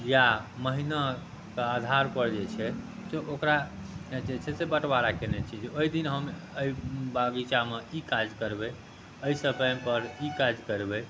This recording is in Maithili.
या महिनाके आधारपर जे छै से ओकरा जे छै से बँटवारा केने छी जे ओहि दिन हम एहि बगीचामे ई काज करबै एहि समयपर ई काज करबै